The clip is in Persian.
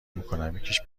میکنم، یکیش